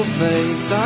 face